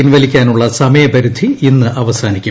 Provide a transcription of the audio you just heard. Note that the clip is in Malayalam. പിൻവലിക്കാനുള്ള സമയ്പിരിധി ഇന്ന് അവസാനിക്കും